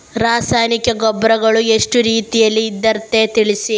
ರಾಸಾಯನಿಕ ಗೊಬ್ಬರಗಳು ಎಷ್ಟು ರೀತಿಯಲ್ಲಿ ಇರ್ತದೆ ತಿಳಿಸಿ?